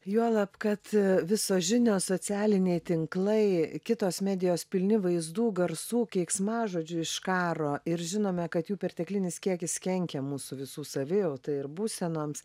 juolab kad visos žinios socialiniai tinklai kitos medijos pilni vaizdų garsų keiksmažodžių iš karo ir žinome kad jų perteklinis kiekis kenkia mūsų visų savijautai ir būsenoms